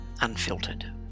unfiltered